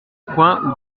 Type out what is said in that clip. coin